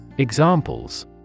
Examples